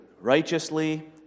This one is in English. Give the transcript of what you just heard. righteously